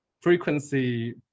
frequency